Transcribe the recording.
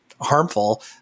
harmful